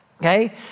okay